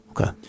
okay